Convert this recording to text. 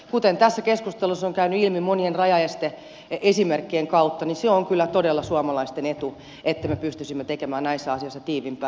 kuten tässä keskustelussa on käynyt ilmi monien rajaeste esimerkkien kautta niin se on kyllä todella suomalaisten etu että me pystyisimme tekemään näissä asioissa tiiviimpää yhteistyötä